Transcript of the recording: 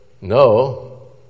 No